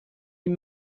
این